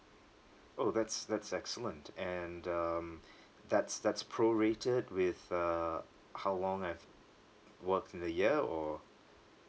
oh that's that's excellent and um that's that's prorated with uh how long I've worked in a year or